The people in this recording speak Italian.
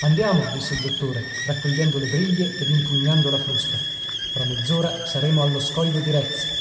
andiamo disse il dottore raccogliendo le briglie ed impugnando la frusta fra mezz'ora saremo allo scoglio di retz